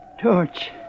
Torch